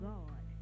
God